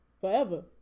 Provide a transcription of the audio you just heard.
Forever